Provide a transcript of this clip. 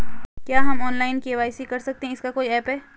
क्या हम online KYC कर सकते हैं इसका कोई ऐप है?